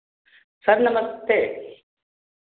sir नमस्ते